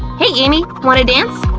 hey, amy! wanna dance?